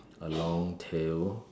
a long tail